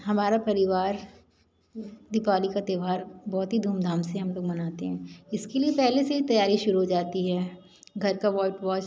हमारा परिवार दीपावली का त्यौहार बहुत ही धूम धाम से हम लोग मनाते हैं इसके लिए पहले से ही तैयारी शुरू हो जाती है घर का व्हाइट वॉस